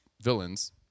villains